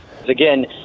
Again